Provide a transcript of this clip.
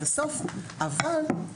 אז לבוא ולהגיד כמה כדורגל הנשים חשוב לכם